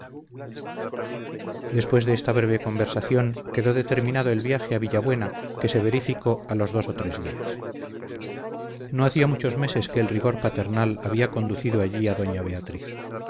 después de esta breve conversación quedó determinado el viaje a villabuena que se verificó a los dos o tres días no hacía muchos meses que el rigor paternal había conducido allí a doña beatriz